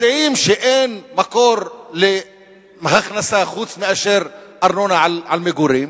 יודעים שאין מקור להכנסה חוץ מאשר ארנונה על מגורים,